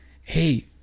hey